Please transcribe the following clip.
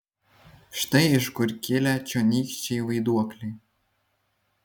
štai iš kur kilę čionykščiai vaiduokliai